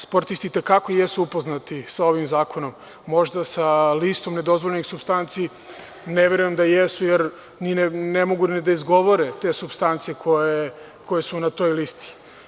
Sportisti su i te kako upoznati sa ovim zakonom, možda sa listom nedozvoljenih supstanci ne verujem da jesu, jer ni ne mogu da izgovore te supstance koje su na toj listi.